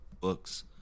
books